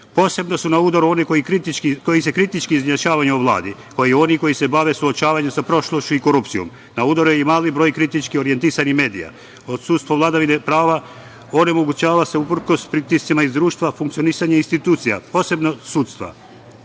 EU.Posebno su na udaru oni koji se kritički izjašnjavaju o Vladi, kao i oni koji se bave suočavanjem sa prošlošću i korupcijom. Na udaru je i mali broj kritički orijentisanih medija. Odsustvo vladavine prava onemogućava se, uprkos pritiscima iz društva, funkcionisanje institucija, posebno